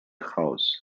house